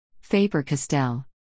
Faber-Castell